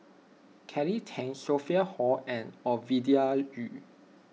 Kelly Tang Sophia Hull and Ovidia Yu